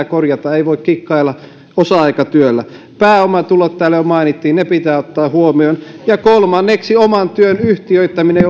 korjata ei voi kikkailla osa aikatyöllä pääomatulot täällä jo mainittiin ne pitää ottaa huomioon ja kolmanneksi oman työn yhtiöittäminen